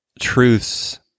truths